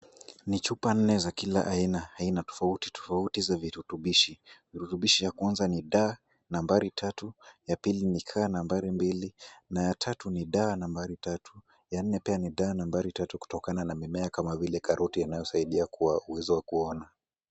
Ni chupa nne za kila aina. Aina tofauti tofauti za virutubishi. Virutubishi ya kwanza ni da nambari tatu, ya pili ni ka nambari mbili na ya tatu ni da nambari tatu ya nne pia ni da nambari tatu kama vile karoti inayosaidia kwa uwezo wa kuona.